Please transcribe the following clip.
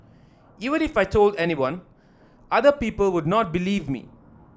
even if I told anyone other people would not believe me